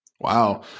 Wow